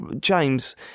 James